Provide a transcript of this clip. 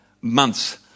months